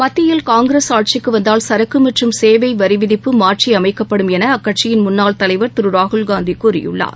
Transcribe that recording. மத்தியில் காங்கிரஸ் ஆட்சிக்கு வந்தால் சரக்கு மற்றும் சேவை வரி விதிப்பு மாற்றியமைக்கப்படும் என அக்கட்சியின் முன்னாள் தலைவர் திரு ராகுல்காந்தி கூறியுள்ளார்